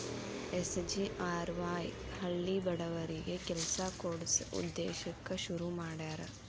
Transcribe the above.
SGRY ಹಳ್ಳಿ ಬಡವರಿಗಿ ಕೆಲ್ಸ ಕೊಡ್ಸ ಉದ್ದೇಶಕ್ಕ ಶುರು ಮಾಡ್ಯಾರ